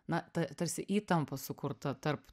na ta tarsi įtampa sukurta tarp